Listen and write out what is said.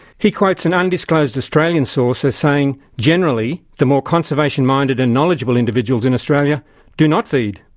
he quotes an undisclosed australian source as saying generally, the more conservation-minded and knowledgeable individuals in australia do not feed.